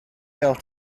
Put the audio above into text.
gael